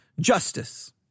justice